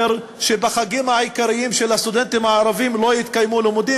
שבחגים העיקריים של הסטודנטים הערבים לא יתקיימו לימודים.